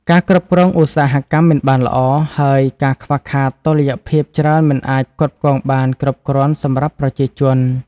ការគ្រប់គ្រងឧស្សាហកម្មមិនបានល្អ ហើយការខ្វះខាតតុល្យភាពច្រើនមិនអាចផ្គត់ផ្គង់បានគ្រប់គ្រាន់សម្រាប់ប្រជាជន។